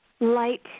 light